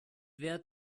wer